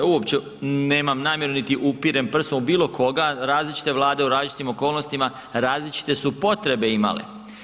Uopće nemam namjeru niti upirem prstom u bilo koga, različite vlade u raznim okolnostima različite su potrebe imale.